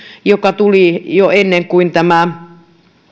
joka tuli jo ennen kuin tämä